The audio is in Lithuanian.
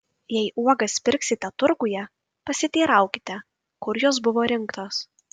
jei uogas pirksite turguje pasiteiraukite kur jos buvo rinktos